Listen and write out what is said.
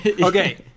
Okay